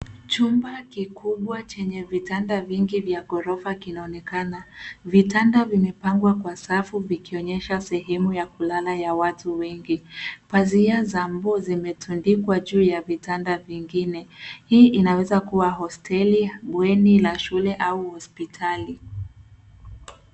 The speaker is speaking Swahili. Chumba kikubwa chenye vitanda vingi vya ghorofa kinaonekana. Vitanda vimepangwa kwa safu vikionyesha sehemu ya kulala ya watu wengi. Pazia za mbu zimetundikwa juu ya vitanda vingine. Hii inaweza kuwa hosteli, bweni la shule au hospitali.